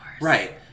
Right